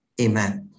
Amen